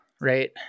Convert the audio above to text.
right